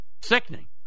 Sickening